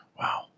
Wow